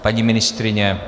Paní ministryně?